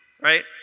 right